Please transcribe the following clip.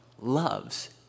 loves